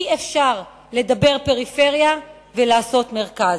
אי-אפשר לדבר פריפריה ולעשות מרכז.